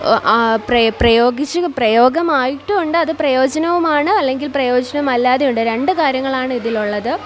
പ്രയോഗിച്ചു പ്രയോഗമായിട്ടുണ്ട് അത് പ്രയോജനവുമാണ് അല്ലെങ്കിൽ പ്രയോജനമല്ലാതെ ഉണ്ട് രണ്ട് കാര്യങ്ങളാണ് ഇതിൽ ഉള്ളത്